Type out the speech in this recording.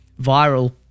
viral